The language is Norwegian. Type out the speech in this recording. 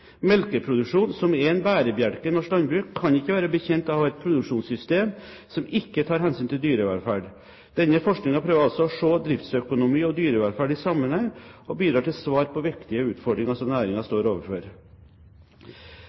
Melkeproduksjon, som er en bærebjelke i norsk landbruk, kan ikke være bekjent av å ha et produksjonssystem som ikke tar hensyn til dyrevelferd. Denne forskningen prøver altså å se driftsøkonomi og dyrevelferd i sammenheng og bidrar til svar på viktige utfordringer som næringen står overfor.